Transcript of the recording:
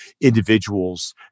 individuals